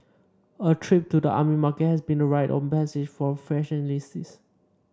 a trip to the army market has been a rite of passage for fresh enlistees